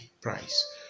price